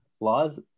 laws